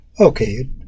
Okay